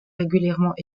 régulièrement